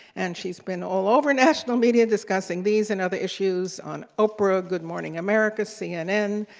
and she's been all over national media discussing these and other issues on oprah, good morning america, cnn,